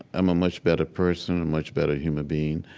i'm a much better person and much better human being.